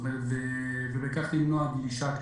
ובכך למנוע גלישה כזאת.